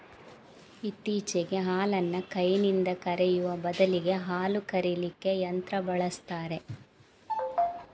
ಇತ್ತೀಚೆಗೆ ಹಾಲನ್ನ ಕೈನಿಂದ ಕರೆಯುವ ಬದಲಿಗೆ ಹಾಲು ಕರೀಲಿಕ್ಕೆ ಯಂತ್ರ ಬಳಸ್ತಾರೆ